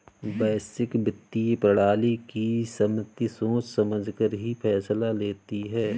वैश्विक वित्तीय प्रणाली की समिति सोच समझकर ही फैसला लेती है